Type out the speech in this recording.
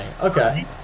Okay